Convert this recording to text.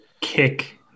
kick